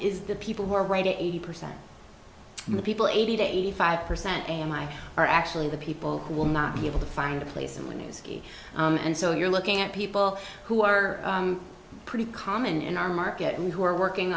is the people who are right eighty percent of the people eighty to eighty five percent and i are actually the people who will not be able to find a place in the new ski and so you're looking at people who are pretty common in our market and who are working